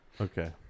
Okay